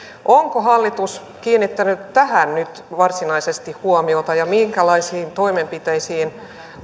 onko hallitus kiinnittänyt tähän nyt varsinaisesti huomiota ja minkälaisiin toimenpiteisiin